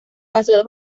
pasó